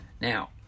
Now